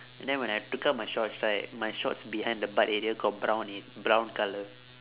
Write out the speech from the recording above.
and then when I took out my shorts right my shorts behind the butt area got brown in brown colour